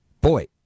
boy